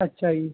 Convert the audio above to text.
ਅੱਛਾ ਜੀ